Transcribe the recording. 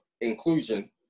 inclusion